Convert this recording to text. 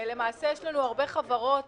למעשה יש הרבה חברות